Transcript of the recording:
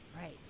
Right